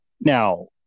Now